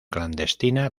clandestina